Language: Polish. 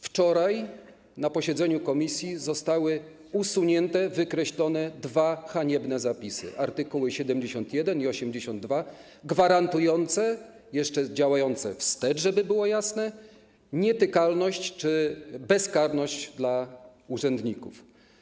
Wczoraj na posiedzeniu komisji zostały usunięte, wykreślone dwa haniebne zapisy, zapisy art. 71 i art. 82 gwarantujące - jeszcze działające wstecz, żeby było jasne - nietykalność czy bezkarność urzędnikom.